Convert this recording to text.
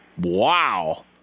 Wow